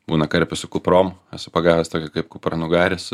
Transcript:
būna karpių su kuprom esu pagavęs tokį kaip kupranugaris